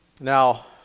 Now